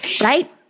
right